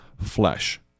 flesh